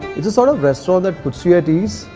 it's the sort of restaurant that puts you at ease.